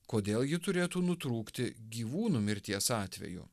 kodėl ji turėtų nutrūkti gyvūnų mirties atveju